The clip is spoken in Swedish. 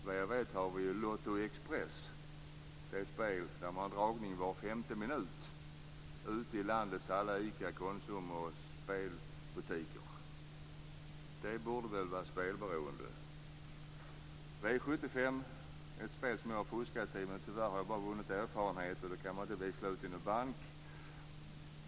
Vad jag vet finns Lotto Express - ett spel med dragning var femte minut - ute i landets alla ICA-, Konsum och spelbutiker. Det borde väl leda till spelberoende. V 75 är ett spel som jag har fuskat i. Tyvärr har jag bara vunnit erfarenheter, och dem kan man inte växla in i någon bank.